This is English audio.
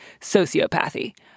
sociopathy